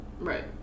Right